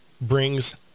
brings